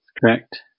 correct